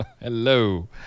Hello